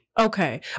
Okay